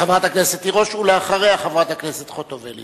חברת הכנסת תירוש, ואחריה, חברת הכנסת חוטובלי.